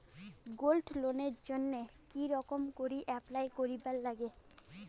Gold লোনের জইন্যে কি রকম করি অ্যাপ্লাই করিবার লাগে?